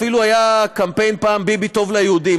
אפילו היה קמפיין פעם: ביבי טוב ליהודים.